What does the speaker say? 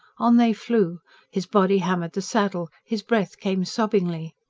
on they flew his body hammered the saddle his breath came sobbingly.